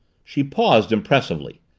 she paused, impressively.